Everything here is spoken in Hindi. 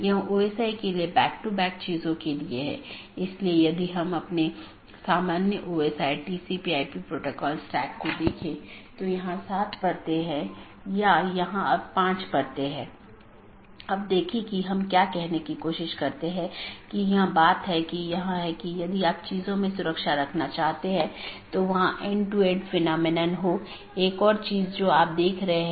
बाहरी गेटवे प्रोटोकॉल जो एक पाथ वेक्टर प्रोटोकॉल का पालन करते हैं और ऑटॉनमस सिस्टमों के बीच में सूचनाओं के आदान प्रदान की अनुमति देता है